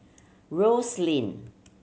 Rose Lane